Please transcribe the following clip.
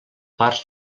parts